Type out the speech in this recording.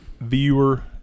viewer